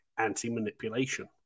anti-manipulation